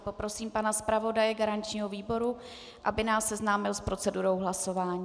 Poprosím pana zpravodaje garančního výboru, aby nás seznámil s procedurou hlasování.